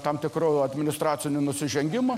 tam tikru administraciniu nusižengimu